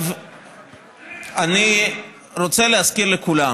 אני רוצה להזכיר לכולם,